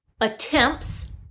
attempts